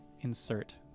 insert